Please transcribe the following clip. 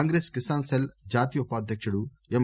Congress Kisan cell జాతీయ ఉపాధ్యకుడు ఎం